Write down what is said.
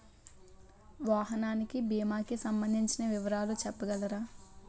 వాహనానికి భీమా కి సంబందించిన వివరాలు చెప్పగలరా?